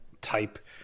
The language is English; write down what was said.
type